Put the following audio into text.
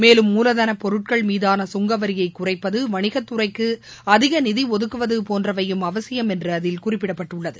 மேலும் மூலதனப் பொருட்கள் மீதான சுங்கவரியை குறைப்பது வணிக துறைக்கு அதிக நிதி ஒதுக்குவது போன்றவையும் அவசியம் என்று அதில் குறிப்பிடப்பட்டுள்ளது